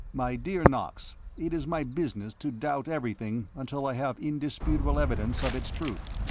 my dear knox, it is my business to doubt everything until i have indisputable evidence of its truth.